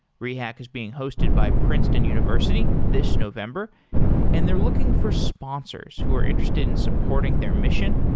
rehack is being hosted by princeton university this november and they're looking for sponsors who are interested in supporting their mission.